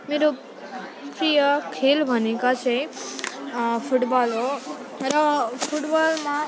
मेरो प्रिय खेल भनेका चाहिँ फुटबल हो र फुटबलमा